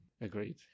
Agreed